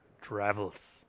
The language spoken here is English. travels